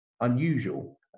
unusual